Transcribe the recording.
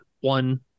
one